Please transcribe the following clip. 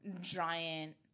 giant